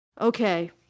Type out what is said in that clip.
Okay